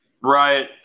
Right